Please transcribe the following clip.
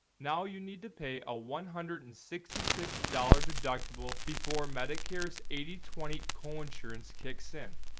now you need to pay a one hundred and sixty six dollar deductible before medicare's eighty twenty co insurance kicks in.